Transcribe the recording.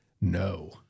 no